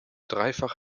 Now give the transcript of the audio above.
dreifach